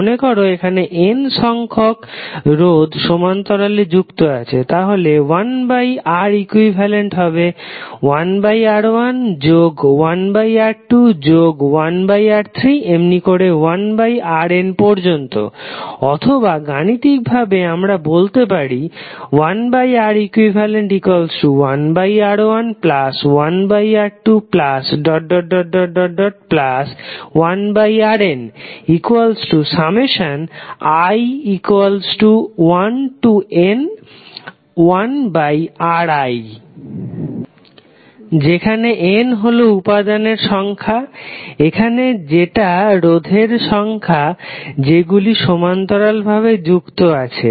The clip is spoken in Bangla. মনেকর এখানে n সংখ্যক রোধ সমান্তরালে যুক্ত আছে তাহলে 1Req হবে 1R1 যোগ 1R2 যোগ 1R3 এমনি করে 1Rn পর্যন্ত অথবা গাণিতিকভাবে আমরা বলতে পারি 1Req1R11R21Rni1n1Ri যেখানে N হলো উপাদানের সংখ্যা এখানে যেটা রোধের সংখ্যা যেগুলি সমান্তরাল ভাবে যুক্ত আছে